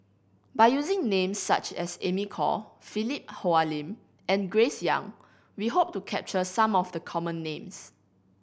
by using names such as Amy Khor Philip Hoalim and Grace Young we hope to capture some of the common names